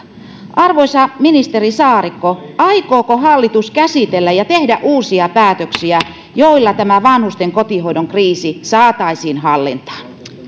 arvoisa ministeri saarikko aikooko hallitus käsitellä tätä ja tehdä uusia päätöksiä joilla tämä vanhusten kotihoidon kriisi saataisiin hallintaan